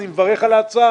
אני מברך על ההצעה,